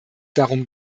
darum